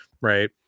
right